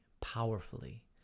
powerfully